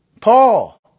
Paul